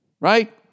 Right